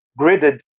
gridded